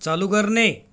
चालू करणे